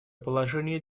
положение